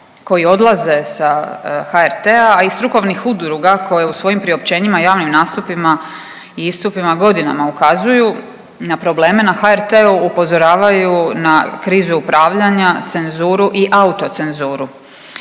koji odlaze sa HRT-a, a i strukovnih udruga koje u svojim priopćenjima, javnim nastupima i istupima godinama ukazuju na probleme na HRT-u upozoravaju na krizu upravljanja, cenzuru i autocenzuru.